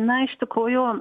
na iš tikrųjų